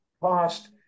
cost